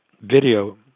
video